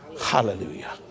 Hallelujah